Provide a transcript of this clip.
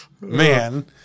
Man